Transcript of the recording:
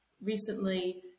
recently